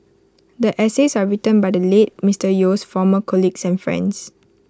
the essays are written by the late Mister Yeo's former colleagues and friends